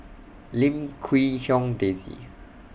Lim Quee Hong Daisy